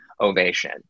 ovation